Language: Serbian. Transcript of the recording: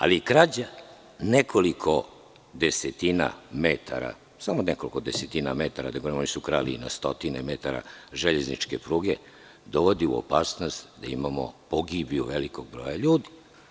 Ali, krađa nekoliko desetina metara, samo nekoliko desetina metara, oni su krali i na stotine metara železničke pruge, dovodi u opasnost da imamo pogibiju velikog broja ljudi.